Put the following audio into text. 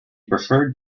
preferred